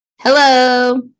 Hello